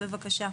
בבקשה.